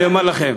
אני אומר לכם,